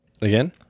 Again